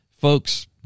folks